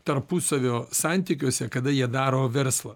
tarpusavio santykiuose kada jie daro verslą